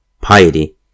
piety